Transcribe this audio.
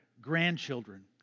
grandchildren